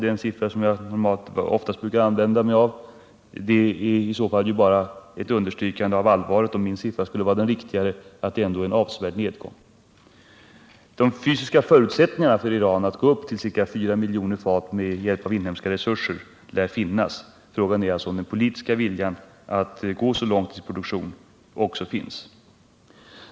Det finns även en större siffra — 7 miljoner fat. Det är ju bara ett understrykande av allvaret om den siffra jag nämnt här skulle vara den riktiga. De fysiska förutsättningarna för Iran att nå upp till ca 4 miljoner fat med hjälp av inhemska resurser lär finnas. Frågan är alltså om den politiska viljan att gå så långt i oljeproduktion finns.